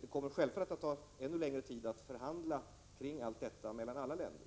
Det tar självklart ännu längre tid att förhandla om detta med alla andra länder,